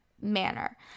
manner